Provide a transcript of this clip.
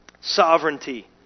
Sovereignty